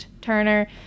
Turner